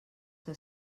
que